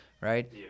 right